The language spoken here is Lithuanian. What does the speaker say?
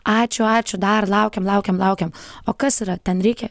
ačiū ačiū dar laukiam laukiam laukiam o kas yra ten reikia